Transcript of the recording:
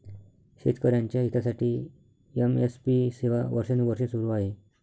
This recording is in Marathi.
शेतकऱ्यांच्या हितासाठी एम.एस.पी सेवा वर्षानुवर्षे सुरू आहे